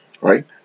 right